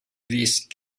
these